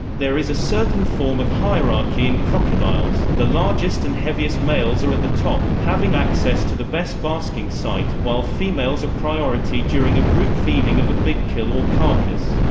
there is a certain form of hierarchy in crocodiles the largest and heaviest males are at the top, having access to the best basking site, while females are priority during a group feeding of a big kill or carcass.